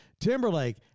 Timberlake